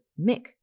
Mick